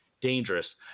dangerous